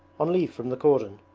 on leave from the cordon,